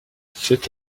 c’est